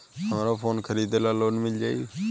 हमरा फोन खरीदे ला लोन मिल जायी?